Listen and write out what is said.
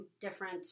different